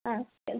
ஆ சரி